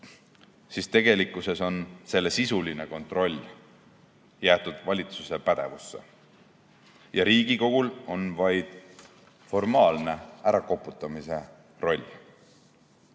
siis tegelikkuses on selle sisuline kontroll jäetud valitsuse pädevusse ja Riigikogul on vaid formaalne, ärakoputamise roll.